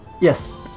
Yes